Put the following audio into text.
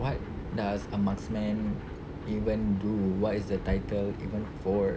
what does a marksman even do what is the title even for